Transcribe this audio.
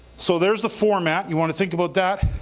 so there's the format, you want to think about that.